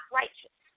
righteous